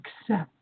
Accept